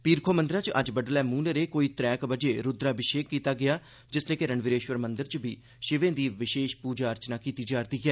पीर खो मंदरै च अज्ज बड्डलै मूंह न्हेरे कोई त्रै क बजे रुद्राभिषेक कीता गेया जिसलै कि रणबीरेश्वर मंदर च बी शिवें दी विशेष पूजा अर्चना कीती जा रदी ऐ